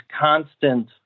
constant